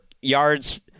yards